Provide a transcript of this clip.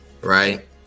Right